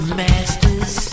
masters